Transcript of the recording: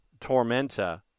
Tormenta